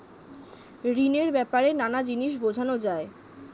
ঋণের ব্যাপারে নানা জিনিস বোঝানো যায়